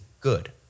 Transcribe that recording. good